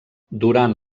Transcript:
durant